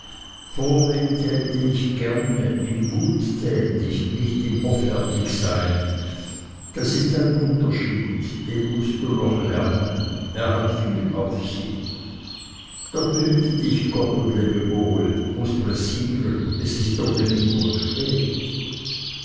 täte ich gerne im guttätig nicht im hoffärtigsein da ist ein unterschied den mußt du noch lernen er hat viel auf sich doch behüte dich gott und lebe wohl muß pressieren es ist ohnehin wohl spät